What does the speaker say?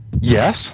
Yes